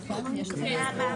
בסדר?